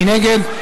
מי נגד?